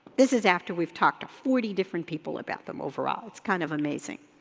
this is after we've talked to forty different people about them overall, it's kind of amazing.